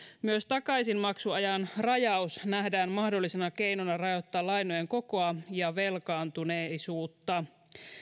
myös takaisinmaksuajan rajaus nähdään mahdollisena keinona rajoittaa lainojen kokoa ja velkaantuneisuutta